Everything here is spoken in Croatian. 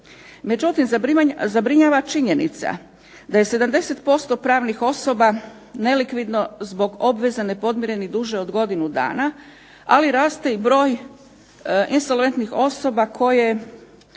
Međutim, zabrinjava činjenica da je 70% pravnih osoba nelikvidno zbog obveza nepodmirenih duže od godinu dana ali i raste broj insolventnih osoba čije